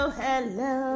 hello